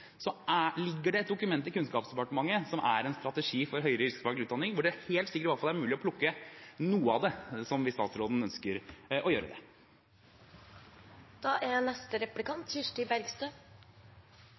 ligger det et dokument i Kunnskapsdepartementet som er en strategi for høyere yrkesfaglig utdanning, hvor det helt sikkert er mulig å plukke i hvert fall noe av det, hvis statsråden ønsker å gjøre det.